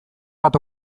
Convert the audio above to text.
bat